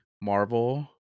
Marvel